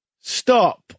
Stop